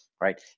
Right